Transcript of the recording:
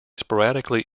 sporadically